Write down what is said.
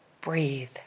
breathe